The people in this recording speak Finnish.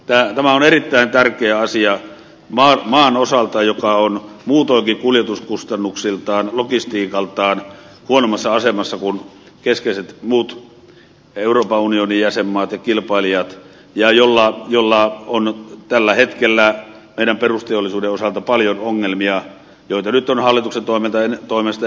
tämä on erittäin tärkeä asia maan osalta joka on muutoinkin kuljetuskustannuksiltaan logistiikaltaan huonommassa asemassa kuin keskeiset muut euroopan unionin jäsenmaat ja kilpailijat ja jolla on tällä hetkellä perusteollisuuden osalta paljon ongelmia joista nyt on energiakustannuksia hallituksen toimesta pyritty keventämään